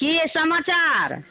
कि यऽ समाचार